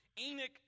Enoch